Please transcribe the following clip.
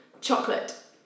Chocolate